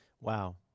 wow